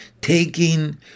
Taking